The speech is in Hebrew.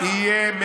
קריאה שנייה.